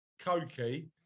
cokey